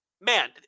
man